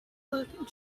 look